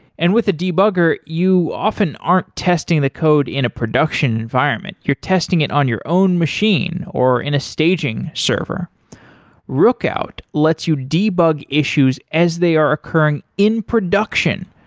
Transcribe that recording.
and with a debugger, you often aren't testing the code in a production environment, you're testing it on your own machine, or in a staging server rookout lets you debug issues as they are occurring in production.